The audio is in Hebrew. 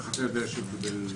איך אתה יודע שהוא קיבל תשלום?